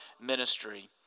ministry